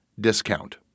discount